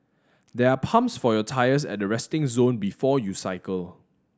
there are pumps for your tyres at the resting zone before you cycle